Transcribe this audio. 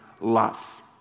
love